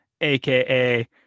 aka